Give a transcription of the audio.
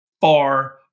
far